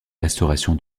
restauration